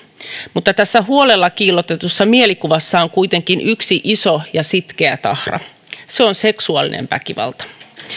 mutta tässä huolella kiillotetussa mielikuvassa on kuitenkin yksi iso ja sitkeä tahra se on seksuaalinen väkivalta